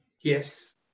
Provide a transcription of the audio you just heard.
Yes